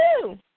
Woo